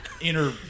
inner